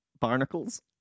barnacles